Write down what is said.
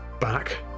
back